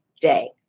day